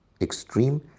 extreme